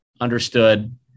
understood